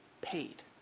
paid